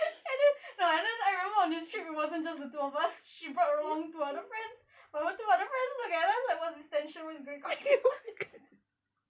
and then and then I remember on this trip it wasn't just the two of us she brought along two other friends her two other friends looked at us what's this tension what's going on